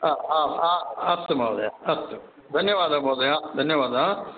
हा आम् आम् अस्तु महोदय धन्यवाद महोदय धन्यवाद